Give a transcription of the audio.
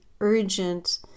urgent